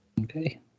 Okay